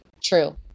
True